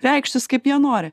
reikštis kaip jie nori